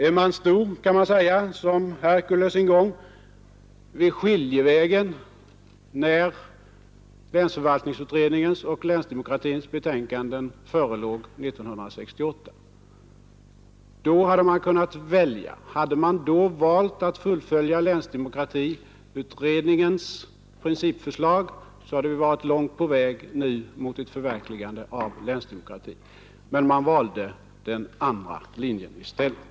Man kan säga att socialdemokraterna stod vid skiljevägen — liksom Herkules gjorde en gång — efter det att länsförvaltningsutredningen och länsdemok ratiutredningen presenterat sina betänkanden 1967 och 1968. Då hade man att välja, och om man då hade valt att fullfölja länsdemokratiutredningens principförslag hade vi nu varit långt på väg mot ett förverkligande av länsdemokratin. Men man valde den andra linjen i stället.